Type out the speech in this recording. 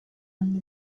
and